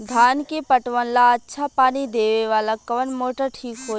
धान के पटवन ला अच्छा पानी देवे वाला कवन मोटर ठीक होई?